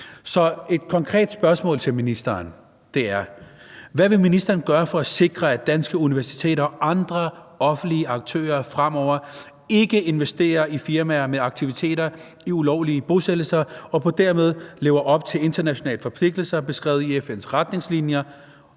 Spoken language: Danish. Så et konkret spørgsmål til ministeren: Hvad vil ministeren gøre for at sikre, at danske universiteter og andre offentlige aktører fremover ikke investerer i firmaer med aktiviteter i ulovlige bosættelser og dermed lever op til internationale forpligtelser beskrevet i FN's retningslinjer